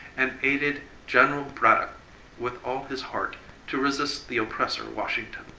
and aided general braddock with all his heart to resist the oppressor washington.